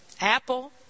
Apple